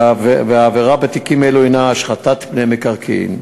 והעבירה בתיקים אלו היא השחתת פני מקרקעין.